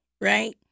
right